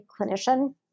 clinician